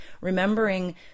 remembering